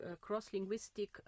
cross-linguistic